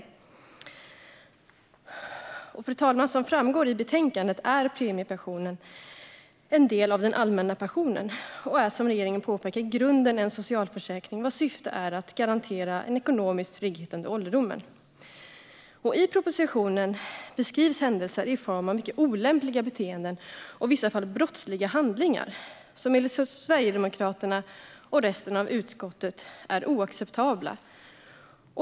Ett tryggt och mer hållbart premie-pensionssystem Fru talman! Som framgår i betänkandet är premiepensionen en del av den allmänna pensionen och är, som regeringen påpekar, i grunden en socialförsäkring vars syfte är att garantera ekonomisk trygghet under ålderdomen. I propositionen beskrivs händelser i form av mycket olämpliga beteenden. I vissa fall gäller det brottsliga handlingar, som enligt Sverigedemokraterna och resten av utskottet är oacceptabla.